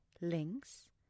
links